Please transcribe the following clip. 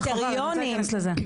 חבל אני רוצה להיכנס לזה.